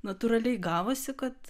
natūraliai gavosi kad